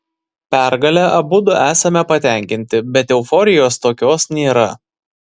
pergale abudu esame patenkinti bet euforijos tokios nėra